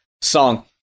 song